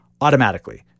automatically